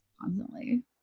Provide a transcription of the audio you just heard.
constantly